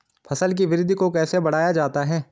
फसल की वृद्धि को कैसे बढ़ाया जाता हैं?